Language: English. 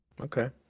Okay